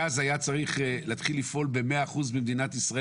הגז היה צריך להתחיל לפעול ב-100% במדינת ישראל